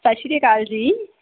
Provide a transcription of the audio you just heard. ਸਤਿ ਸ਼੍ਰੀ ਅਕਾਲ ਜੀ